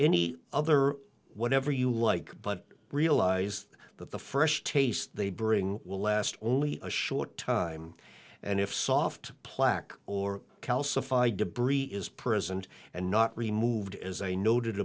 any other whatever you like but realize that the fresh taste they bring will last only a short time and if soft plaque or calcify debris is present and not removed as i no